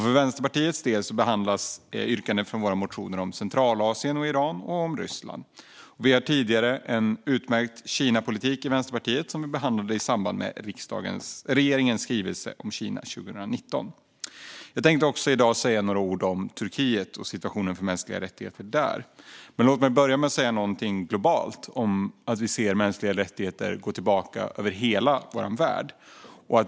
För Vänsterpartiets del behandlas yrkanden i våra motioner om Centralasien och Iran samt om Ryssland. Vi har sedan tidigare i Vänsterpartiet en utmärkt Kinapolitik, som vi behandlade i samband med regeringens skrivelse om Kina 2019. Jag tänkte i dag också säga några ord om Turkiet och situationen för mänskliga rättigheter där. Men låt mig börja med att säga något om den globala situationen och hur vi ser mänskliga rättigheter gå tillbaka över hela vår värld.